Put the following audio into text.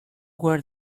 where